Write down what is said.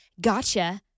gotcha